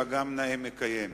אלא גם נאה מקיים.